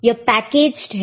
यह पैकेजड है